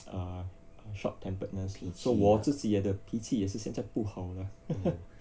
err short temperedness so 我自己的脾气也是现在不好了